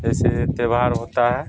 जैसे त्यौहार होता है